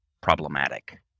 problematic